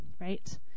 right